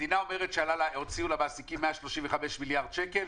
המדינה אומרת שהוציאו למעסיקים 135 מיליארד שקל.